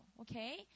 okay